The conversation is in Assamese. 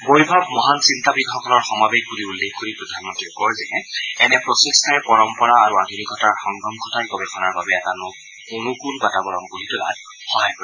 বৈভৱ মহান চিন্তাবিদসকলৰ সমাৱেশ বুলি উল্লেখ কৰি প্ৰধানমন্তীয়ে কয় যে এনে প্ৰচেষ্টাই পৰম্পৰা আৰু আধুনিকতাৰ সংগম ঘটাই গৱেষণাৰ বাবে এটা অনুকূল বাতাবৰণ গঢ়ি তোলাত সহায় কৰিব